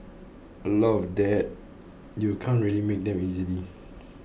a lot of that you can't really make them easily